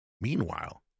Meanwhile